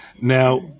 Now